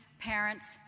parents,